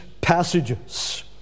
passages